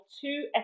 two